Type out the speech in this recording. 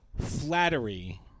flattery